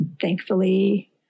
thankfully